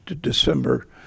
December